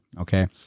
Okay